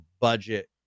budget